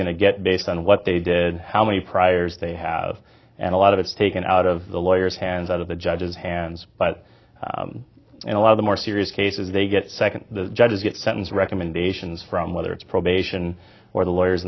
going to get based on what they did how many priors they have and a lot of it's taken out of the lawyers hands out of the judge's hands but in a lot of the more serious cases they get second the judges get sentence recommendations from whether it's probation or the lawyer